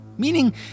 meaning